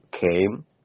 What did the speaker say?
came